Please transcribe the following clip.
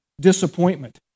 disappointment